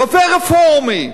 רופא רפורמי.